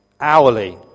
Hourly